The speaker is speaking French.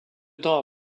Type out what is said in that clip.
temps